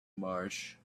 marsh